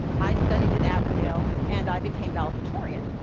i studied at avondale, and i became valedictorian.